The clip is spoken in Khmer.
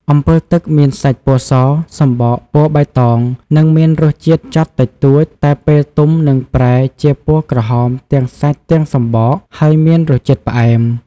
អម្ពិលទឹក មានសាច់ពណ៌ស សម្បកពណ៌បៃតង និងមានរសជាតិចត់តិចតួច តែពេលទុំនឹងប្រែជាពណ៌ក្រហមទាំងសាច់ទាំងសម្បក ហើយមានរសជាតិផ្អែម។